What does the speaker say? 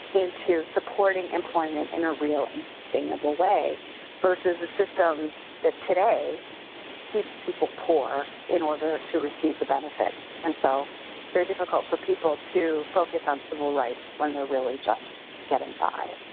into supporting employment in a real and sustainable way versus a system that today keeps people poor in order to receive the benefits? and so it's very difficult for people to focus on civil rights when they're really just getting by.